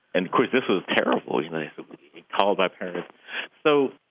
and course, this was terrible. you know, they called my parents so